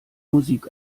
musik